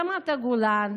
רמת הגולן,